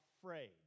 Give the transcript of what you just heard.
afraid